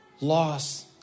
loss